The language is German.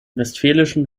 westfälischen